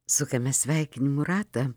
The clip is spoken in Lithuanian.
sukame sveikinimų ratą